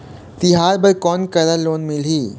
तिहार बर कोन करा लोन मिलही?